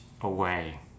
away